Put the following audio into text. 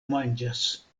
manĝas